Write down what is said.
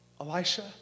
Elisha